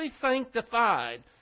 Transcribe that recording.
sanctified